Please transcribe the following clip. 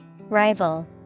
Rival